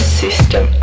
system